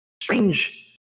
strange